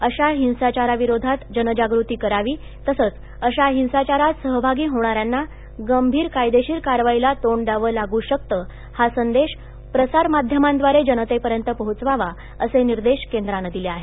अशा हिंसाचाराविरोधात जनजागृती करावी तसंच अशा हिंसाचारात सहभागी होणा यांना गंभीर कायदेशीर कारवाईला ताड वावं लागू शकतं हा संदेश सारमा यमां ारे जनतेपयत पोहोचवावा असे निदश क ानं दिले आहेत